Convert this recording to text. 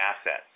assets